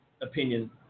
Opinion